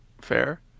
fair